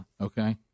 Okay